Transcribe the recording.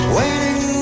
waiting